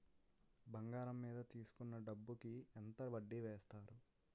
బంగారం మీద తీసుకున్న డబ్బు కి ఎంత వడ్డీ వేస్తారు?